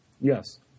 Yes